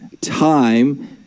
time